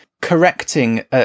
correcting